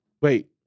Wait